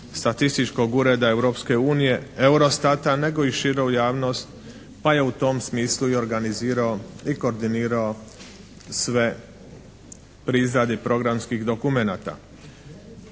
statističkog ureda Europske unije Eurostata nego i širu javnost pa je u tom smislu i organizirao i koordinirao sve pri izradi programskih dokumenata.